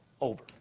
over